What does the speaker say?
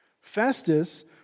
Festus